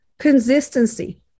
consistency